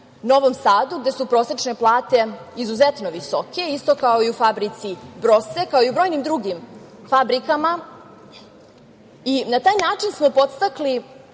u Novom Sadu, gde su prosečne plate izuzetno visoke, isto kao i u fabrici "Brose", kao i u brojnim drugim fabrikama, i na taj način smo podstakli